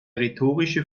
rhetorische